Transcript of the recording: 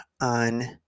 on